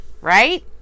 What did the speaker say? right